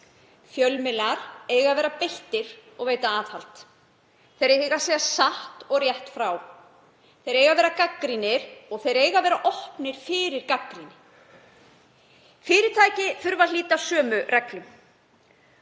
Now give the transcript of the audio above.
Fjölmiðlar eiga að vera beittir og veita aðhald. Þeir eiga að segja satt og rétt frá. Þeir eiga að vera gagnrýnir og þeir eiga að vera opnir fyrir gagnrýni. Fyrirtæki þurfa að hlíta sömu reglum.